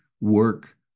work